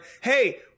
hey